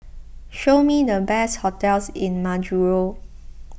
show me the best hotels in Majuro